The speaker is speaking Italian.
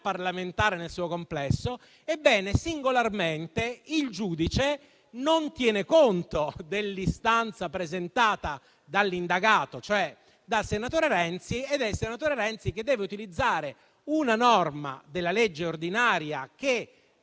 parlamentare nel suo complesso, singolarmente il giudice non ha tenuto conto dell'istanza presentata dall'indagato, cioè dal senatore Renzi, il quale pertanto ha dovuto utilizzare una norma della legge ordinaria che